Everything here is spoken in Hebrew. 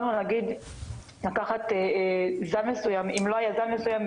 אם לא היה זן מסוים,